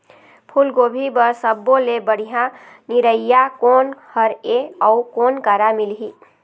फूलगोभी बर सब्बो ले बढ़िया निरैया कोन हर ये अउ कोन करा मिलही?